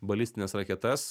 balistines raketas